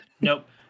Nope